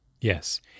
Yes